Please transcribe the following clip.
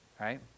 Right